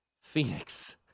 Phoenix